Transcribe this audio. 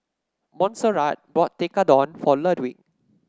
Monserrat bought Tekkadon for Ludwig